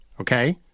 okay